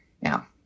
Now